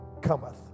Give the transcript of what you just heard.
cometh